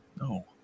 No